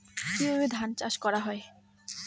কিভাবে ধান চাষ করা হয়?